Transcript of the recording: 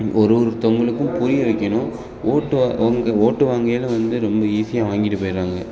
ஒரொருத்தவங்களுக்கும் புரிய வைக்கணும் ஓட்டு வா அவங்க ஓட்டு வாங்கயில வந்து ரொம்ப ஈஸியாக வாங்கிட்டு போயிர்றாங்க